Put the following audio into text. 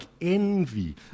envy